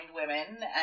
women